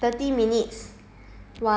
I think we are supposed to talk half half